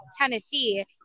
Tennessee